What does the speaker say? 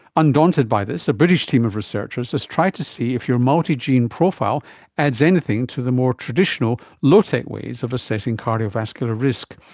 undaunted by this, a british team of researchers has tried to see if your multi-gene profile adds anything to the more traditional low-tech ways of assessing cardiovascular risk.